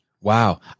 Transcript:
wow